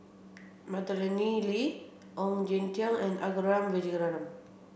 Madeleine Lee Ong Jin Teong and Arumugam Vijiaratnam